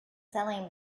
selling